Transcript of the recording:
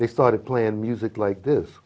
they started playing music like this